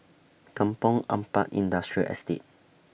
Kampong Ampat Industrial Estate